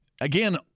again